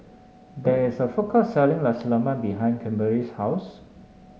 there is a food court selling Nasi Lemak behind Kimberli's house